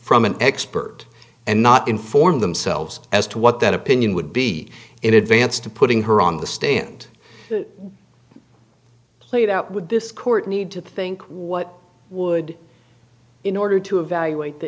from an expert and not inform themselves as to what that opinion would be in advance to putting her on the stand played out with this court need to think what would in order to evaluate the